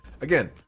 again